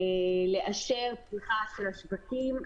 לאשר פתיחה של השווקים.